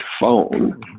phone